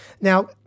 Now